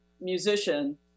musician